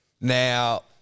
Now